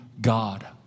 God